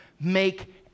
make